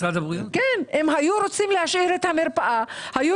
אם היו רוצים להשאיר את המרפאה היו